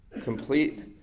Complete